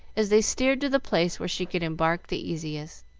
as they steered to the place where she could embark the easiest.